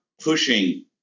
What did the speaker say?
pushing